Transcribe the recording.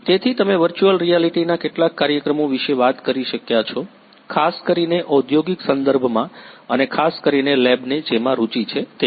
તેથી તમે વર્ચુઅલ રિયાલિટીના કેટલાક કાર્યક્રમો વિશે વાત કરી શક્યા છો ખાસ કરીને ઔદ્યોગિક સંદર્ભમાં અને ખાસ કરીને લેબને જેમાં રુચિ છે તેમાં